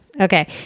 Okay